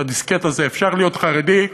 אפשר להיות חרדי,